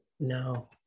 No